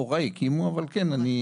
הוריי הקימו, אבל כן.